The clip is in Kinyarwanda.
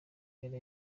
yari